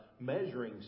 measuring